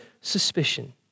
suspicion